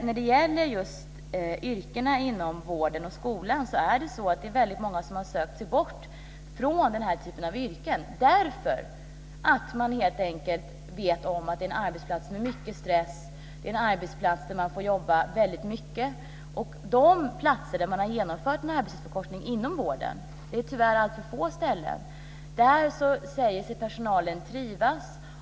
När det gäller just yrkena inom vården och skolan är det väldigt många som har sökt sig bort från den typen av yrken, helt enkelt därför att man vet att detta är arbetsplatser med mycket stress och där man får jobba väldigt mycket. På de platser inom vården där man har genomfört en arbetstidsförkortning - de är tyvärr alltför få - säger sig personalen trivas.